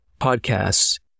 podcasts